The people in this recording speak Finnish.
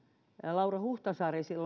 laura huhtasaari